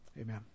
Amen